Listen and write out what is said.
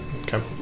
okay